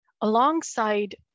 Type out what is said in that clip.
alongside